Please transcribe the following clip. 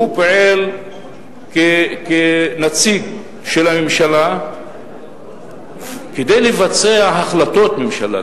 הוא פועל כנציג של הממשלה כדי לבצע החלטות ממשלה,